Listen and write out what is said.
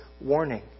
warning